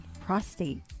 prostate